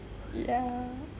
ya